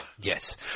Yes